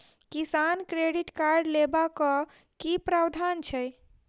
किसान credit card लेबाक की प्रावधान छै?